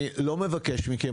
אני לא מבקש מכם,